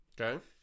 okay